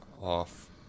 off